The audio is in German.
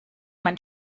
mein